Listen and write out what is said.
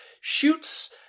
shoots